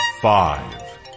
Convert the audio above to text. five